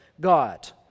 God